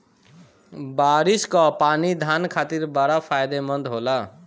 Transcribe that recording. बारिस कअ पानी धान खातिर बड़ा फायदेमंद होला